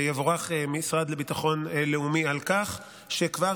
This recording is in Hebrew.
ויבורך המשרד לביטחון לאומי על כך שכבר